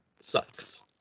sucks